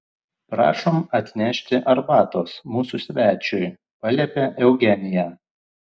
prašom atnešti arbatos mūsų svečiui paliepė eugenija